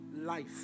life